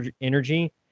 energy